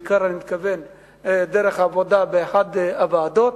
בעיקר אני מתכוון דרך עבודה באחת הוועדות,